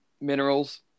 minerals